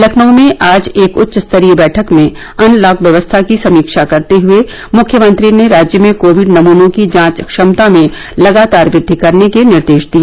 लखनऊ में आज एक उच्च स्तरीय बैठक में अनलॉक व्यवस्था की समीक्षा करते हुए मुख्यमंत्री ने राज्य में कोविड नमूनों की जांच क्षमता में लगातार दृद्वि करने के निर्देश दिए